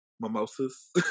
mimosas